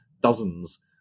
dozens